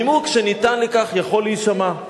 הנימוק שניתן לכך יכול להישמע,